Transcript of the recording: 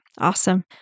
Awesome